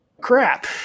crap